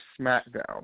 SmackDown